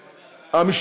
להגיד: